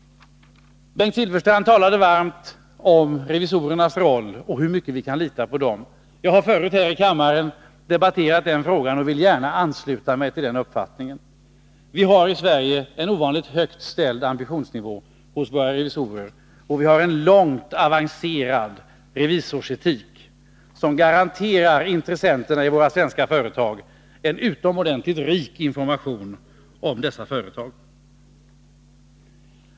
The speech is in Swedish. Bengt Silfverstrand talade varmt om revisorernas roll och hur mycket vi kan lita på dem. Vi har förut här i kammaren debatterat den frågan, och jag vet att revisorerna i Sverige har en ovanligt hög ambitionsnivå. Vi har en långt avancerad revisorsetik, som garanterar intressenterna i de svenska företagen en utomordentligt rik information om dessa företag.